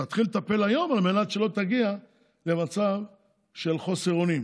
אז תתחיל לטפל היום על מנת שלא תגיע למצב של חוסר אונים.